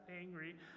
angry